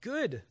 Good